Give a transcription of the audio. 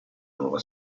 nuova